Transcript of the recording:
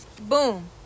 boom